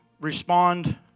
Respond